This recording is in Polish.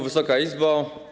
Wysoka Izbo!